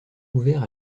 ouvert